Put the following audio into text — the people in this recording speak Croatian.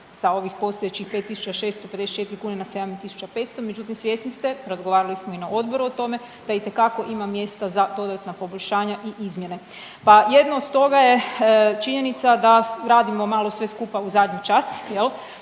sa ovih postojećih 5.654 kune na 7.500 međutim svjesni ste, razgovarali smo i na odboru o tome da itekako ima mjesta za dodatna poboljšanja i izmjene, pa jedno od toga je činjenica da radimo malo sve skupa u zadnji čas